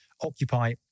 occupy